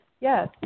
Yes